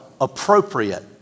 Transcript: appropriate